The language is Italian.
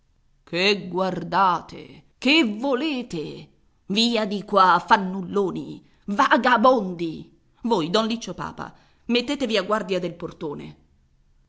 che guardate che volete via di qua fannulloni vagabondi voi don liccio papa mettetevi a guardia del portone